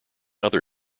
other